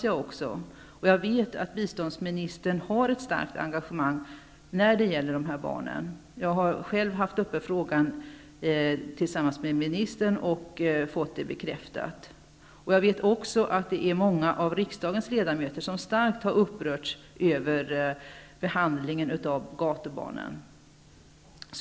Jag vet att biståndsministern har ett starkt engagemang när det gäller dessa barn. Jag har själv haft frågan uppe tillsammans med ministern och fått det bekräftat. Jag vet att också många av riksdagens ledamöter har upprörts av behandlingen av gatubarnen.